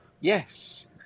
yes